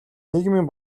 нийгмийн